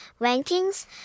rankings